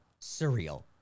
surreal